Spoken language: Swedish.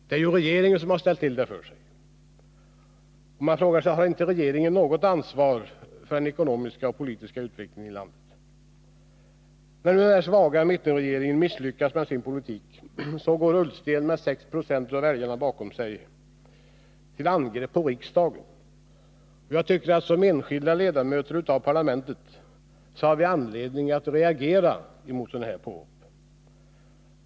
Det är ju regeringen som har ställt till det för sig. Man frågar sig: Har inte regeringen något ansvar för den ekonomiska och politiska utvecklingen i landet? as med sin politik går Ullsten med När den svaga mittenregeringen misslyc 6 20 av väljarna bakom sig till angrepp på riksdagen. Jag tycker att som enskilda ledamöter av riksdagen har vi anledning att reagera inför sådana här påhopp.